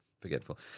forgetful